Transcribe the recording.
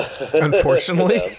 unfortunately